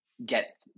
get